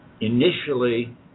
initially